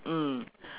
mm